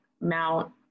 mount